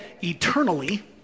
eternally